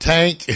Tank